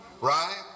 Right